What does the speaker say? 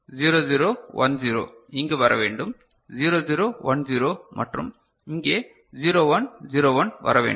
0 0 1 0 இங்கு வர வேண்டும் 0 0 1 0 மற்றும் இங்கே 0 1 0 1 வர வேண்டும்